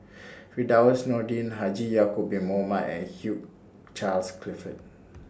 Firdaus Nordin Haji Ya'Acob Bin Mohamed and Hugh Charles Clifford